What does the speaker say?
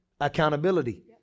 Accountability